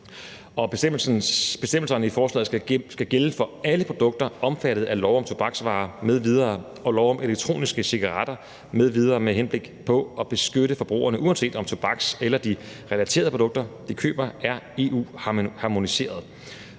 Bestemmelserne i forslaget skal gælde for alle produkter omfattet af lov om tobaksvarer m.v. og lov om elektroniske cigaretter m.v. med henblik på at beskytte forbrugerne, uanset om tobaksprodukterne eller de relaterede produkter, de køber, er EU-harmoniserede.